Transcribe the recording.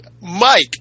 Mike